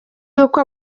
y’uko